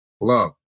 love